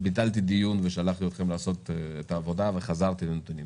ביטלתי דיון ושלחתי אתכם לעשות את העבודה וחזרתם עם הנתונים,